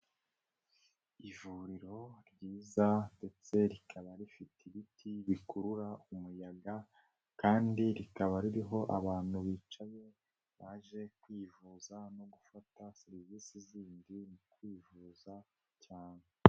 Ivuriro ryiza ndetse rikaba rifite ibiti bikurura umuyaga kandi rikaba ririho abantu bicaye, baje kwivuza no gufata serivisi zindi mu kwivuza cyane.